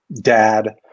dad